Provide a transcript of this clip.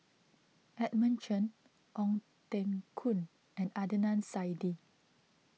Edmund Chen Ong Teng Koon and Adnan Saidi